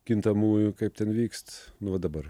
kintamųjų kaip ten vykst nu va dabar